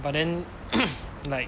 but then like